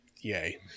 Yay